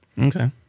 Okay